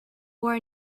war